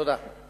תודה.